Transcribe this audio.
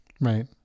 Right